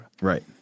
Right